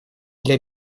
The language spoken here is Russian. для